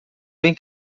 vem